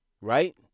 right